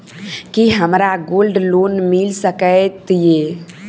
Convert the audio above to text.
की हमरा gold loan मिल सकैत ये?